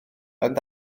ond